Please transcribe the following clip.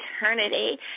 Eternity